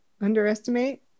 Underestimate